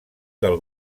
del